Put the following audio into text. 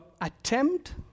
attempt